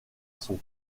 son